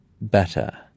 better